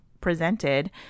presented